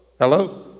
Hello